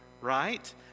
right